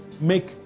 make